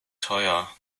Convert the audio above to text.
teuer